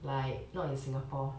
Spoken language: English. like not in singapore